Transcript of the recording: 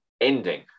ending